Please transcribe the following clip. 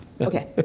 Okay